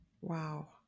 Wow